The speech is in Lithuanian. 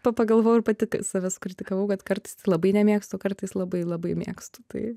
pa pagalvojau ir pati ta save sukritikavau kad kartais labai nemėgstu kartais labai labai mėgstu tai